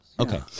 Okay